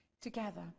together